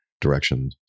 Direction